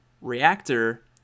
Reactor